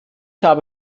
habe